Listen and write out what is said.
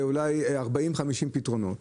ואולי 40, 50 פתרונות.